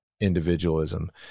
individualism